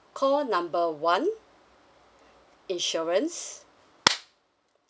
call number one insurance